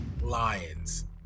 Lions